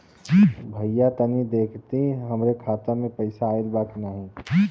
भईया तनि देखती हमरे खाता मे पैसा आईल बा की ना?